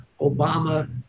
Obama